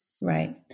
right